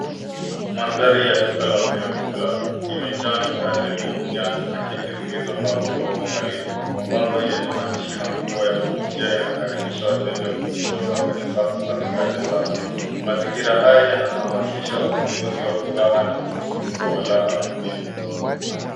Mandhari ya duka la vyakula imejaa mikate mipya na keki zilizopangwa kwa uangalifu. Mabango yenye maandishi makubwa ya kuvutia yanakaribisha wateja kujitosa kwenye safu za mikate safi. Mazingira haya yanahamasisha ununuzi wa furaha na msisimko wa ladha mpya.